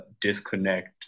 disconnect